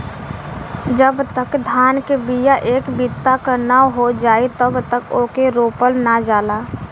जब तक धान के बिया एक बित्ता क नाहीं हो जाई तब तक ओके रोपल ना जाला